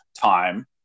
time